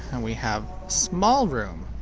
and we have small room,